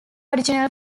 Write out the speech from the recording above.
original